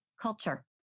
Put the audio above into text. culture